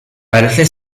parece